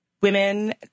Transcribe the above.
women